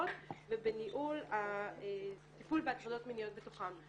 ובניהול הטיפול בהטרדות מיניות בתוכן,